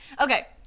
Okay